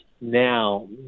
now